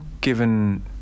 given